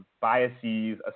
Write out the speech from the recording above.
biases